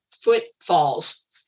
footfalls